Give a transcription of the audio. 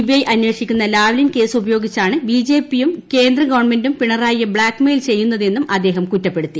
CBI അന്വേഷിക്കുന്ന Lavalin case ഉപയോഗിച്ചാണ് ബിജെപിയും കേന്ദ്രഗവൺമെന്റും പിണറായിയെ ബ്ലാക്ക് മെയിൽ ചെയ്യുന്നതെന്നും അദ്ദേഹം കുറ്റപ്പെടുത്തി